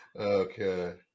Okay